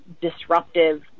disruptive